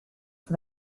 for